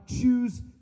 choose